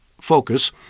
focus